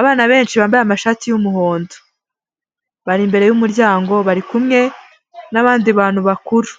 Abana benshi bambaye amashati y'umuhondo, bari imbere y'umuryango bari kumwe n'abandi bantu bakuru,